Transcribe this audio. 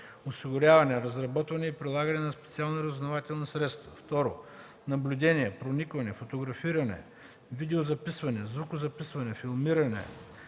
осигуряване, разработване и прилагане на специални разузнавателни средства; 2. наблюдение, проникване, фотографиране, видеозаписване, звукозаписване, филмиране,